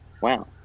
wow